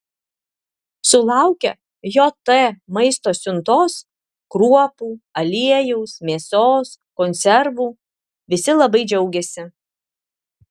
sulaukę jt maisto siuntos kruopų aliejaus mėsos konservų visi labai džiaugiasi